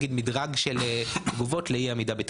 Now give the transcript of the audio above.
מדרג תגובות לאי-עמידה בתקציב.